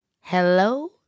hello